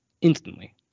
instantly